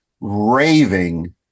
raving